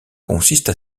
consiste